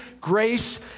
grace